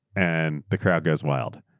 and the crowd goes wild,